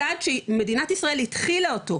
צעד שמדינת ישראל התחילה אותו,